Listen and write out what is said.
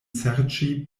serĉi